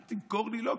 אל תמכור לי לוקשים.